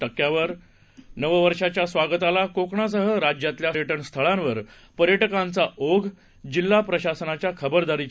टक्क्यावर नवं वर्षाच्या स्वागताला कोकणासह राज्यातल्या पर्यटन स्थळांवर पर्यटकांचा ओघ जिल्हा प्रशासनाच्या खबरदारीच्या